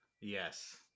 Yes